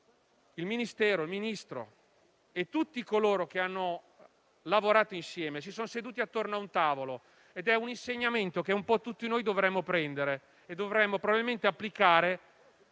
atto che il Ministro e tutti coloro che hanno lavorato insieme si sono seduti attorno a un tavolo. È un insegnamento che un po' tutti noi dovremmo acquisire e probabilmente applicare